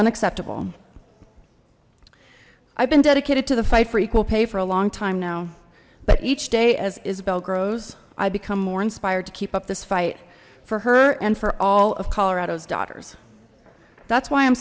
unacceptable i've been dedicated to the fight for equal pay for a long time now but each day as isabel grows i become more inspired to keep up this fight for her and for all of colorado's daughters that's why i'm